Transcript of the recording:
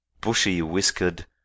bushy-whiskered